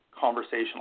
conversational